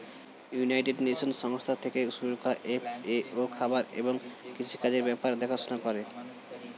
United Nations সংস্থা থেকে শুরু করা এফ.এ.ও খাবার এবং কৃষি কাজের ব্যাপার দেখাশোনা করে